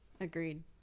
Agreed